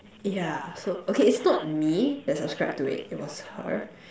yeah so okay it's not me that subscribed to it it was her